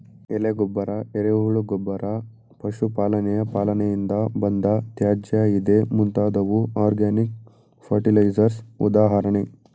ಎಲೆ ಗೊಬ್ಬರ, ಎರೆಹುಳು ಗೊಬ್ಬರ, ಪಶು ಪಾಲನೆಯ ಪಾಲನೆಯಿಂದ ಬಂದ ತ್ಯಾಜ್ಯ ಇದೇ ಮುಂತಾದವು ಆರ್ಗ್ಯಾನಿಕ್ ಫರ್ಟಿಲೈಸರ್ಸ್ ಉದಾಹರಣೆ